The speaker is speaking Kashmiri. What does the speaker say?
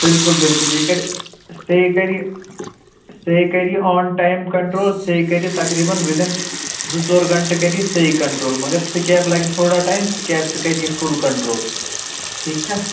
بِلکُل بِلکُل یہِ کرِ سیٚہِ کرِ یہِ سیٚہِ کرِ آن ٹایم کنٹرول سیٚہِ کرِ تقریٖبا وِداِن زٕ ژور گنٛٹہٕ کرِ یہِ سیٚہِ کنٹرول مگر سِکیب لگہِ تھوڑا ٹایم سِکیب تہِ کرِ یہِ فُل کنٹرول ٹھیٖک چھا